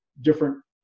different